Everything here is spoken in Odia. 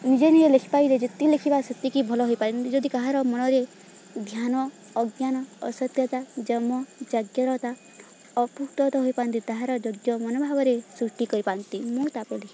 ନିଜେ ନିଜେ ଲେଖିପାରିଲେ ଯେତିକି ଲେଖିବା ସେତିକି ଭଲ ହୋଇପାରନ୍ତି ଯଦି କାହାର ମନରେ ଧ୍ୟାନ ଅଜ୍ଞାନ ଅସତ୍ୟତା ହୋଇପାରନ୍ତି ତାହାର ମନ ଭାବରେ ସୃଷ୍ଟି କରିପାରନ୍ତି ମୁଁ ତାପରେ ଲେଖିବି